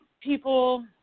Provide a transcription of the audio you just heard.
people